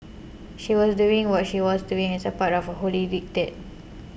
she was doing what she was doing as a part of a holy diktat